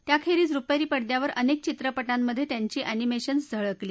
त्याखेरीज रुपेरी पडद्यावर अनेक चित्रपटांमधे त्यांची अस्मिशन्स झळकली